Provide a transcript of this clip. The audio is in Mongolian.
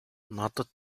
надад